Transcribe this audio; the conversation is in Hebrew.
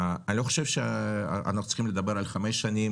אני לא חושב שאנחנו צריכים לדבר על חמש שנים,